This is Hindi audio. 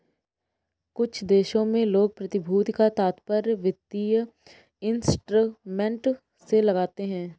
कुछ देशों में लोग प्रतिभूति का तात्पर्य वित्तीय इंस्ट्रूमेंट से लगाते हैं